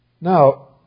Now